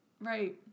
Right